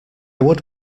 would